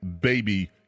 baby